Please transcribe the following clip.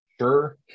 Sure